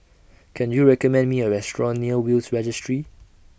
Can YOU recommend Me A Restaurant near Will's Registry